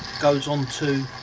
goes on to